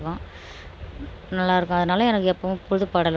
நல்லாருக்கும் அதனால எனக்கு எப்போவும் புது பாடலோட பழைய பாடல் ரொம்ப பிடிக்கும்